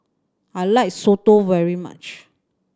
I like soto very much